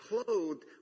clothed